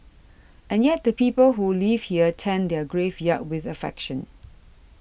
and yet the people who live here tend their graveyard with affection